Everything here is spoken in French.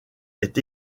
est